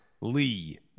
Lee